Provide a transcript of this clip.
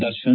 Darshan